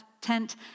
tent